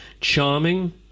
charming